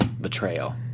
betrayal